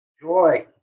joy